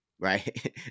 Right